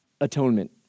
atonement